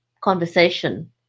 conversation